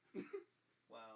Wow